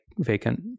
vacant